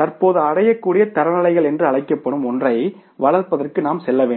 தற்போது அடையக்கூடிய தரநிலைகள் என்று அழைக்கப்படும் ஒன்றை வளர்ப்பதற்கு நாம் செல்ல வேண்டும்